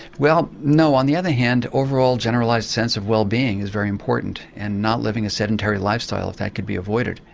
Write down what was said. well no. on the other hand, overall generalised sense of wellbeing is very important, and not living a sedentary lifestyle, if that could be avoided.